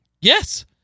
Yes